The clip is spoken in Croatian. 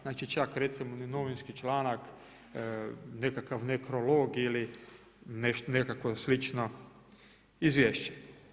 Znači čak niti recimo ni novinski članak, nekakav nekrolog ili nekakvo slično izvješće.